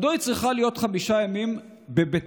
מדוע היא צריכה להיות חמישה ימים בביתה?